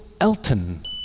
Elton